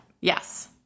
Yes